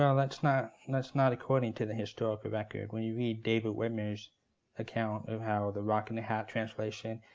um that's not and that's not according to the historical record. when you read david widmer's account of how the rock in the hat translation